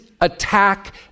attack